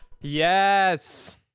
Yes